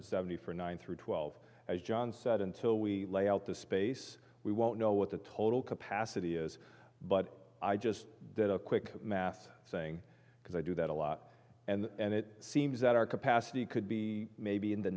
seventy for nine through twelve as john said until we lay out the space we won't know what the total capacity is but i just did a quick math saying because i do that a lot and it seems that our capacity could be maybe in the